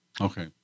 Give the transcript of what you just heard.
Okay